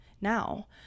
now